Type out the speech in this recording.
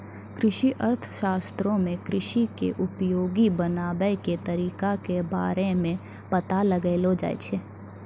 कृषि अर्थशास्त्रो मे कृषि के उपयोगी बनाबै के तरिका के बारे मे पता लगैलो जाय छै